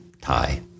tie